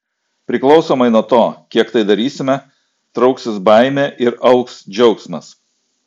priklausomai nuo to kiek tai darysime trauksis baimė ir augs džiaugsmas